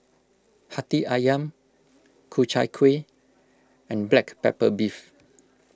Hati Ayam Ku Chai Kueh and Black Pepper Beef